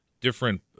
different